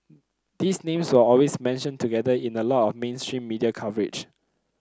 these names were always mentioned together in a lot mainstream media coverage